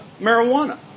marijuana